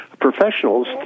professionals